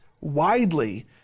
widely